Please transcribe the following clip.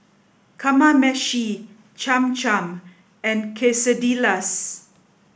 Kamameshi Cham Cham and Quesadillas